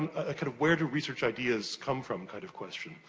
kind of where to research ideas come from, kind of question.